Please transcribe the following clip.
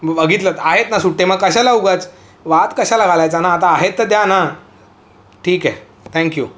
बघितलंत आहेत ना सुटे मग कशाला उगाच वाद कशाला घालायचा ना आता आहेत तर द्या ना ठीक आहे थँक्यू